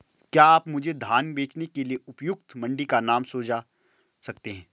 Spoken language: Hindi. क्या आप मुझे धान बेचने के लिए उपयुक्त मंडी का नाम सूझा सकते हैं?